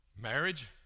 marriage